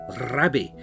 rabbi